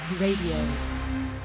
Radio